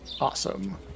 Awesome